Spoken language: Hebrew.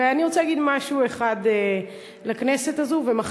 ואני רוצה להגיד לכנסת הזו דבר אחד,